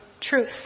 truth